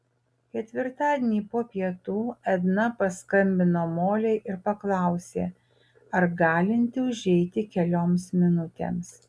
ketvirtadienį po pietų edna paskambino molei ir paklausė ar galinti užeiti kelioms minutėms